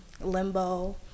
limbo